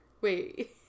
Wait